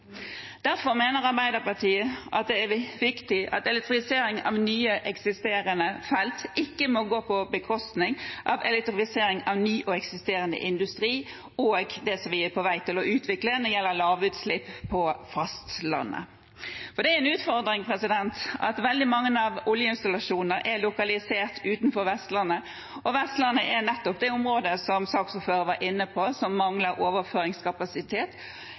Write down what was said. Derfor mener Arbeiderpartiet det er viktig at elektrifisering av nye eksisterende felt ikke må gå på bekostning av elektrifisering av ny og eksisterende industri og det man er på vei til å utvikle når det gjelder lavutslipp på fastlandet. Det er en utfordring at veldig mange av oljeinstallasjonene er lokalisert utenfor Vestlandet. Vestlandet er, som saksordføreren var inne på, nettopp det området som mangler overføringskapasitet